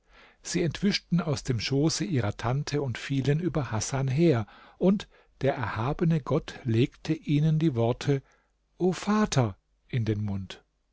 sie entwischten aus dem schoße ihrer tante und fielen über hasan her und der erhabene gott legte ihnen die worte o vater in den mund